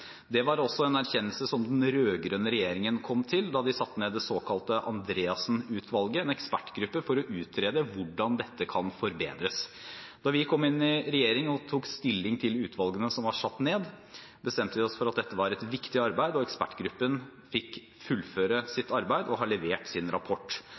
Det var også en erkjennelse som den rød-grønne regjeringen kom til da den satte ned det såkalte Andreassen-utvalget, en ekspertgruppe for å utrede hvordan dette kan forbedres. Da vi kom i regjering og tok stilling til utvalget som var satt ned, bestemte vi oss for at dette var et viktig arbeid, og ekspertgruppen fikk fullføre sitt arbeid og har levert sin rapport.